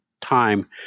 time